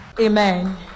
Amen